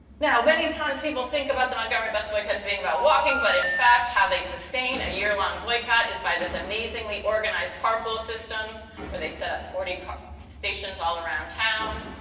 now many times, people think about the montgomery bus boycott as being about walking. but, in fact, how they sustain a year long boycott is by this amazingly organized carpool system where they set up forty stations all around town.